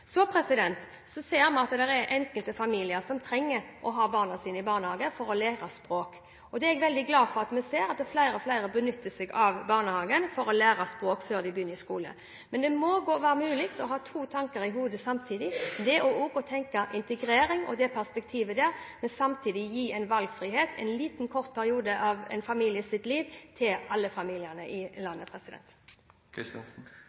enkelte familier trenger å ha barna sine i barnehage for at barna skal lære seg språket. Jeg er veldig glad for at stadig flere benytter seg av barnehage, slik at barna kan lære seg språket før de begynner på skolen. Det må være mulig å ha to tanker i hodet samtidig – tenke integrering, ha det perspektivet, men samtidig gi alle familier i landet valgfrihet i en kort periode av